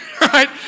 Right